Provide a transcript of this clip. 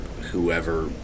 whoever